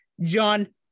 John